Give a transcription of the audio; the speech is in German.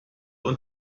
und